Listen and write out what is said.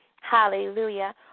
Hallelujah